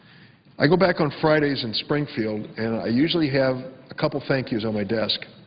i go back on fridays in springfield and i usually have a couple thank yous on my desk,